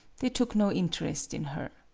they took no interest in her.